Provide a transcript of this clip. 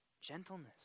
gentleness